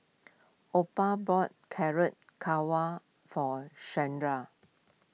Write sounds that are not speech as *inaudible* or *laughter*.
Opal bought Carrot *unintelligible* for Sharde